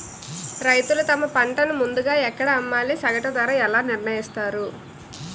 రైతులు తమ పంటను ముందుగా ఎక్కడ అమ్మాలి? సగటు ధర ఎలా నిర్ణయిస్తారు?